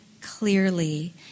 clearly